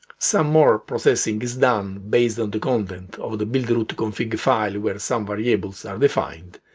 some more processing is done based on the content of the buildroot config file where some variables are defined.